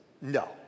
No